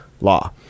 law